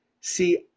See